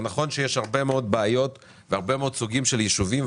זה נכון שיש הרבה מאוד בעיות והרבה מאוד סוגים של יישובים,